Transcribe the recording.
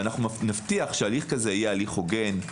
אנחנו נבטיח שהליך כזה יהיה הליך הוגן,